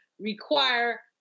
require